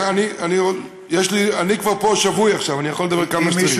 אני כבר שבוי פה עכשיו, אני יכול לדבר כמה שצריך.